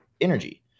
energy